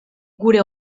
gure